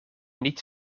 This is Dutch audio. niet